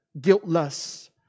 guiltless